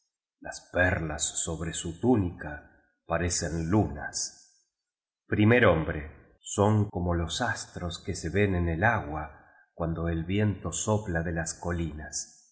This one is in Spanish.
las perlas sobre su túnica parecen lunas primer hombre son como los astros que se ven en el agua cuando el viento sopla de las colinas